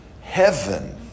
heaven